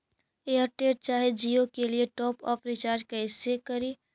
Airtel चाहे जियो के लिए टॉप अप रिचार्ज़ कैसे करी?